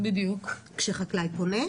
כשהחקלאי פונה?